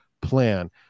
plan